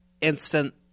instant